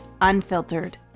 Unfiltered